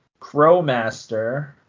Crowmaster